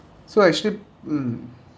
so actually mm